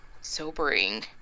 sobering